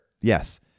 Yes